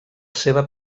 seva